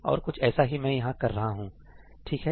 और कुछ ऐसा ही मैं यहां कर रहा हूं ठीक है